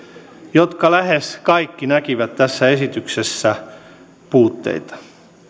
jotka lähes kaikki näkivät tässä esityksessä puutteita